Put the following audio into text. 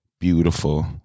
Beautiful